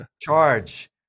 charge